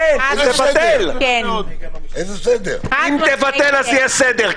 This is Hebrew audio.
כן, אם תבטל, יהיה סדר.